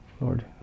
Lord